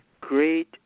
great